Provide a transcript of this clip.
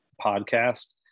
podcast